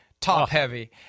top-heavy